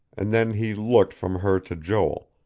and then he looked from her to joel,